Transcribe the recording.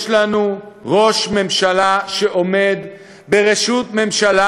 יש לנו ראש ממשלה שעומד בראשות ממשלה